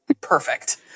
perfect